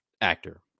actor